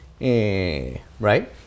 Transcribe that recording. Right